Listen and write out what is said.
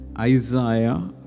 Isaiah